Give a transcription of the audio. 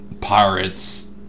Pirates